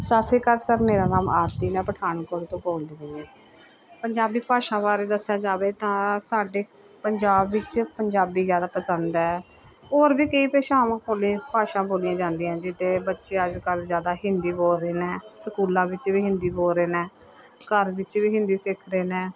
ਸਤਿ ਸ਼੍ਰੀ ਅਕਾਲ ਸਰ ਮੇਰਾ ਨਾਮ ਆਰਤੀ ਮੈਂ ਪਠਾਨਕੋਟ ਤੋਂ ਬੋਲਦੀ ਪਈ ਹਾਂ ਪੰਜਾਬੀ ਭਾਸ਼ਾ ਬਾਰੇ ਦੱਸਿਆ ਜਾਵੇ ਤਾਂ ਸਾਡੇ ਪੰਜਾਬ ਵਿੱਚ ਪੰਜਾਬੀ ਜ਼ਿਆਦਾ ਪਸੰਦ ਹੈ ਔਰ ਵੀ ਕਈ ਭਾਸ਼ਾਵਾਂ ਹੋਵੇ ਭਾਸ਼ਾ ਬੋਲੀਆਂ ਜਾਂਦੀਆਂ ਜੀ ਅਤੇ ਬੱਚੇ ਅੱਜ ਕੱਲ੍ਹ ਜ਼ਿਆਦਾ ਹਿੰਦੀ ਬੋਲ ਰਹੇ ਨੇ ਸਕੂਲਾਂ ਵਿੱਚ ਵੀ ਹਿੰਦੀ ਬੋਲ ਰਹੇ ਨੇ ਘਰ ਵਿੱਚ ਵੀ ਹਿੰਦੀ ਸਿੱਖ ਰਹੇ ਨੇ